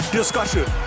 discussion